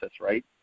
right